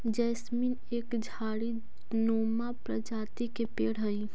jasmine एक झाड़ी नुमा प्रजाति के पेड़ हई